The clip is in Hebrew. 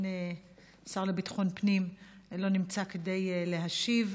השר לביטחון הפנים לא נמצא כדי להשיב.